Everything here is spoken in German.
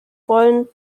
wollen